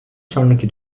sonraki